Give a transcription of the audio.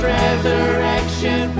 resurrection